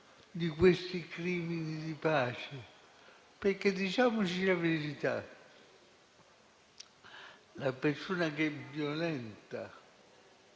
di questi crimini di pace. Diciamoci la verità: la persona che violenta